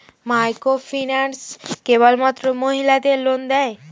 Microfinance কেবলমাত্র মহিলাদের loan দেয়?